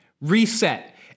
Reset